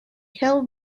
held